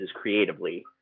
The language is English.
creatively